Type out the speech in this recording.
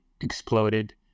exploded